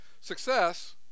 Success